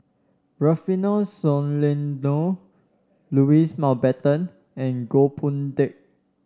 Rufino Soliano Louis Mountbatten and Goh Boon Teck